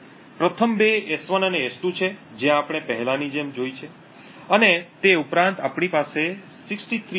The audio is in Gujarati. પ્રથમ બે S1 અને S2 છે જે આપણે પહેલાની જેમ જોઇ છે અને તે ઉપરાંત આપણી પાસે 63 છે